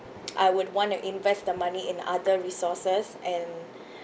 I would want to invest the money in other resources and